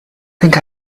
think